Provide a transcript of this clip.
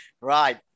Right